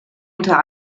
unter